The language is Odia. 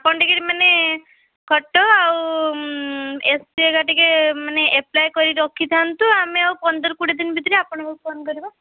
ଆପଣ ଟିକେ ମାନେ ଖଟ ଆଉ ଏସିଟା ଟିକେ ମାନେ ଆପ୍ଲାଇ କରିକି ରଖିଥାନ୍ତୁ ଆମେ ଆଉ ପନ୍ଦର କୋଡ଼ିଏ ଦିନ ଭିତରେ ଆପଣଙ୍କୁ ଫୋନ୍ କରିବୁ